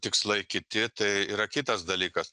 tikslai kiti tai yra kitas dalykas